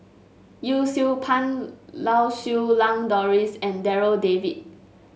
Yee Siew Pun Lau Siew Lang Doris and Darryl David